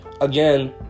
again